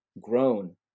grown